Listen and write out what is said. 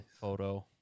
photo